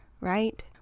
right